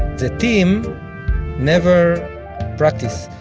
the team never practice.